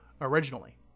originally